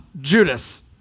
Judas